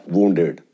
Wounded